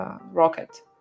rocket